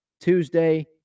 Tuesday